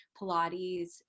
Pilates